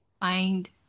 find